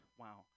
wow